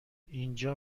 اینجا